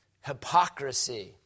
Hypocrisy